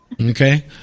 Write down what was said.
Okay